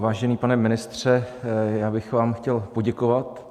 Vážený pane ministře, já bych vám chtěl poděkovat.